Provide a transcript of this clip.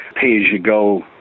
pay-as-you-go